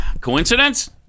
coincidence